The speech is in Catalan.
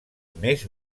més